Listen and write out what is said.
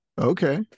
Okay